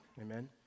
Amen